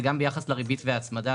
זה גם ביחס לריבית ולהצמדה,